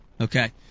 Okay